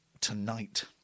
tonight